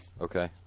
Okay